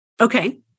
Okay